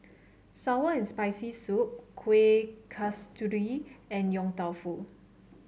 sour and Spicy Soup Kueh Kasturi and Yong Tau Foo